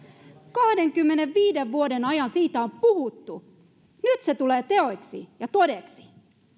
kahdenkymmenenviiden vuoden ajan siitä on puhuttu nyt se tulee teoiksi ja todeksi